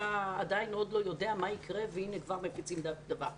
אתה עוד לא יודע מה יקרה והנה כבר מפיצים דברים.